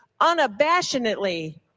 unabashedly